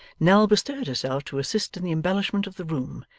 nell bestirred herself to assist in the embellishment of the room,